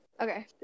Okay